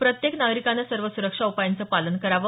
प्रत्येक नागरिकाने सर्व सुरक्षा उपायांचं पालन करावं